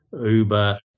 Uber